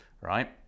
right